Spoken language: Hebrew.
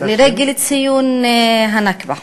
לרגל ציון הנכבה.